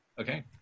Okay